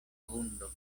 vundo